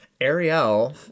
Ariel